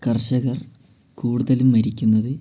കർഷകർ കൂടുതലും മരിക്കുന്നത്